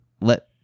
let